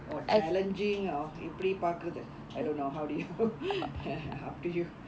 or challenging or எப்படி பாக்குறது:eppadi paakurathu I don't know how do you up to you